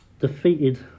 defeated